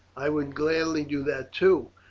i would gladly do that too,